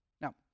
Now